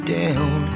down